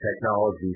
technology